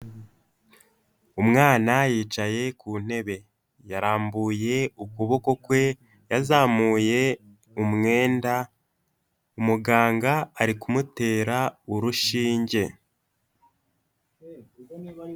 Umwana yicaye ku ntebe, yarambuye ukuboko kwe yazamuye umwenda, umuganga ari kumutera urushinge.